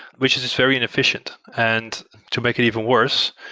which is very inefficient. and to make it even worse,